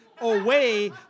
away